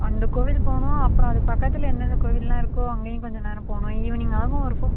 அந்த கோவில் போகணும் அப்புறம் அதுக்கு பக்கத்தில் எந்தெந்த கோவிலெல்லாம் இருக்கோ அங்கேயும் கொஞ்ச நேரம் போகணும் ஈவினிங் ஆகும் ஒரு ஃபோர்